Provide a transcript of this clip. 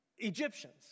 Egyptians